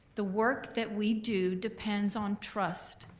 the work that we do depends on trust.